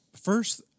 First